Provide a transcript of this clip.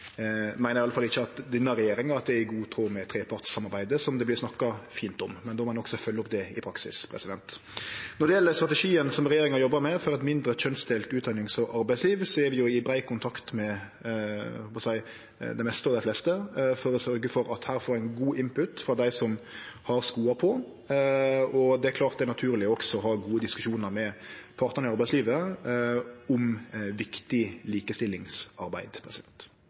i god tråd med trepartssamarbeidet, som det vert snakka fint om. Men då må ein også følgje opp det i praksis. Når det gjeld strategien som regjeringa jobbar med for eit mindre kjønnsdelt utdannings- og arbeidsliv, er vi i brei kontakt med – eg heldt på å seie – det meste og dei fleste for å sørgje for at vi får god input frå dei som har skoa på. Det er klart det er naturleg også å ha gode diskusjonar med partane i arbeidslivet om viktig likestillingsarbeid.